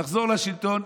נחזור לשלטון,